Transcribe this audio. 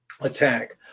attack